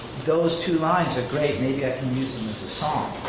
those two lines are great, maybe i can use them as a song,